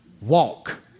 walk